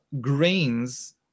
grains